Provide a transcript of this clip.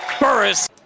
Burris